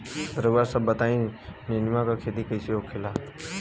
रउआ सभ बताई नेनुआ क खेती कईसे होखेला?